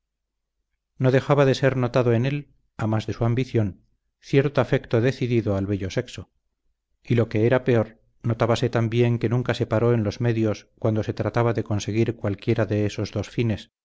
no dejaba de ser notado en él a más de su ambición cierto afecto decidido al bello sexo y lo que era peor notábase también que nunca se paró en los medios cuando se trataba de conseguir cualquiera de esos dos fines